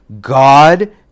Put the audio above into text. God